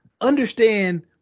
understand